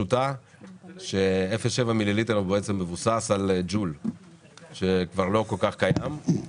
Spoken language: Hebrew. כי 0.7 מיליליטר מבוסס על ג'ול שכבר לא כל כך קיימת.